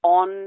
on